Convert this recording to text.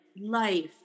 life